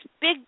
big